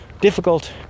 difficult